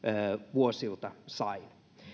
vuosilta sain